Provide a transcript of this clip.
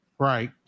Right